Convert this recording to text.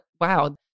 wow